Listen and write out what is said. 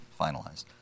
finalized